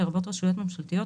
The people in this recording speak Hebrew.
לרבות רשויות ממשלתיות,